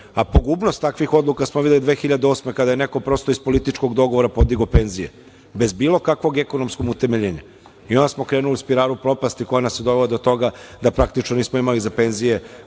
Pogubnost takvih odluka, kad spominje 2008. godine, kada je neko prosto iz političkog dogovora podigao penzije, bez bilo kakvog ekonomskog utemeljenja i onda smo krenuli spiralu propasti koja nas je i dovela do toga da praktično nismo imali za penzije